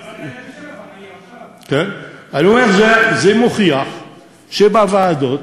אני אומר, זה מוכיח שבוועדות